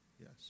yes